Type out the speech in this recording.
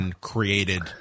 created